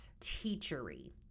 teachery